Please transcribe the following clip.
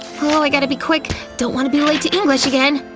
i gotta be quick, don't wanna be late to english again!